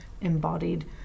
embodied